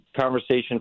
conversation